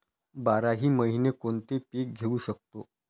बाराही महिने कोणते पीक घेवू शकतो?